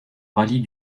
rallye